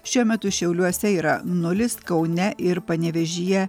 šiuo metu šiauliuose yra nulis kaune ir panevėžyje